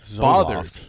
bothered